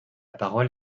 parole